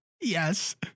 Yes